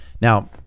Now